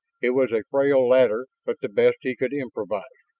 it was a frail ladder but the best he could improvise.